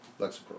Lexapro